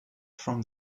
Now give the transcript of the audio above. from